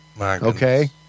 Okay